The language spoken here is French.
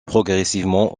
progressivement